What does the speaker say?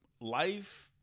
Life